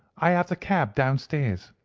i have the cab downstairs.